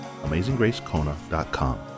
AmazingGraceKona.com